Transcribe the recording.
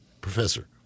professor